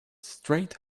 straight